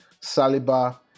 Saliba